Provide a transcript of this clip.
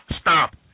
stop